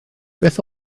beth